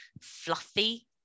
fluffy